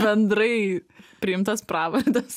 bendrai priimtas pravardes